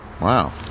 wow